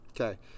Okay